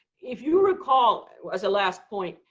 if you recall, as a last point,